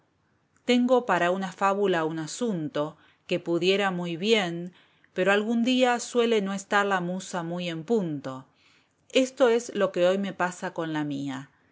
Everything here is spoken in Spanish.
tengo para una fábula un asunto que pudiera muy bien pero algún día suele no estar la musa muy en punto esto es lo que hoy me pasa con la mía